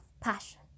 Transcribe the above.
passion